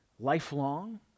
lifelong